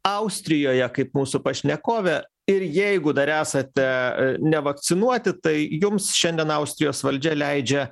austrijoje kaip mūsų pašnekovė ir jeigu dar esate nevakcinuoti tai jums šiandien austrijos valdžia leidžia